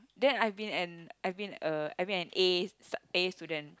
then I've been an I've been a I've been an A s~ A student